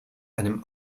einem